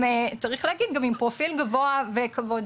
צריך להגיד, גם עם פרופיל גבוה וכבוד.